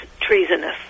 treasonous